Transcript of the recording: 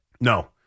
No